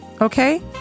Okay